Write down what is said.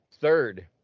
third